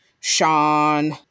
Sean